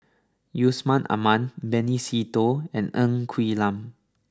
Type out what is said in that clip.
Yusman Aman Benny Se Teo and Ng Quee Lam